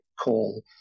call